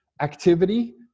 activity